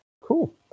Cool